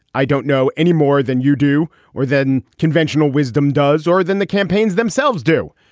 i don't know any more than you do or then conventional wisdom does or than the campaigns themselves do.